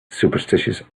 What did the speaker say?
superstitious